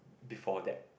before that